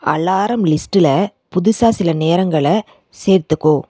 alarm லிஸ்ட்டில் புதுசாக சில நேரங்களை சேர்த்துக்கோ